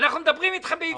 אנחנו מדברים איתך בעברית,